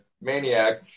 maniac